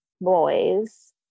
boys